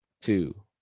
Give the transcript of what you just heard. two